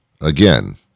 Again